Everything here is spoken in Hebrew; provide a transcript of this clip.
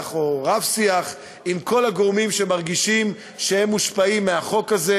או רב-שיח עם כל הגורמים שמרגישים שהם מושפעים מהחוק הזה,